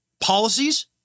policies